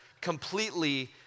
completely